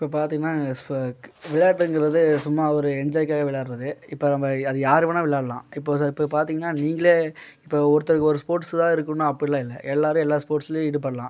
இப்போ பார்த்திங்கன்னா விளையாட்டுங்கிறது சும்மா ஒரு என்ஜாய்க்காக விளையாடுறது இப்போ நம்ம அது அது யார் வேணுனா விளாடலாம் இப்போ இப்போ பார்த்திங்கன்னா நீங்களே இப்போ ஒருத்தருக்கு ஒரு ஸ்போட்ஸ் தான் இருக்கணுன்னு அப்படில்லாம் இல்லை எல்லோரும் எல்லா ஸ்போட்ஸ்லேயும் ஈடுபடலாம்